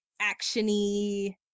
action-y